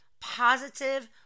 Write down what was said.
positive